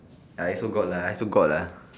I also got lah I also got lah